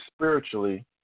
spiritually